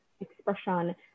expression